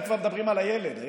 כבר מדברים על הילד.